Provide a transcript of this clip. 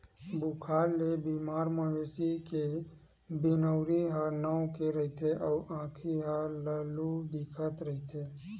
बुखार ले बेमार मवेशी के बिनउरी ह नव गे रहिथे अउ आँखी ह ललहूँ दिखत रहिथे